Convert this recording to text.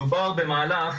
מדובר במהלך